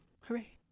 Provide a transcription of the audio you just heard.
Hooray